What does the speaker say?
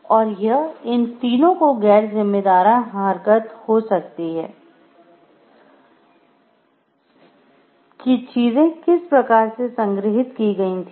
और यह इन लोगों की गैरजिम्मेदाराना हरकत हो सकती है कि चीजें किस प्रकार से संग्रहीत की गई थीं